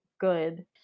good